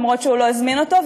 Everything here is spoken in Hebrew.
למרות שהוא לא הזמין אותו,